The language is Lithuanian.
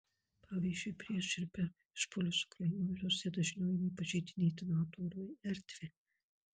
pavyzdžiui prieš ir per išpuolius ukrainoje rusija dažniau ėmė pažeidinėti nato oro erdvę